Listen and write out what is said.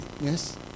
Yes